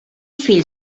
fill